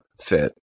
fit